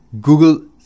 Google